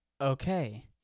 Okay